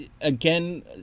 again